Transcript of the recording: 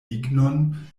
lignon